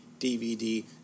dvd